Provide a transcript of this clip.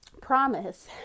Promise